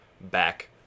back